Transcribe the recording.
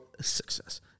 success